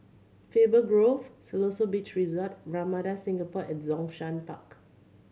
Faber Grove Siloso Beach Resort and Ramada Singapore at Zhongshan Park